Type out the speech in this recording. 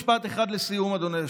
משפט אחד לסיום, אדוני היושב-ראש: